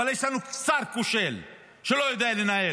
אבל יש לנו שר כושל שלא יודע לנהל